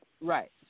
Right